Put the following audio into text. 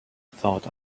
thought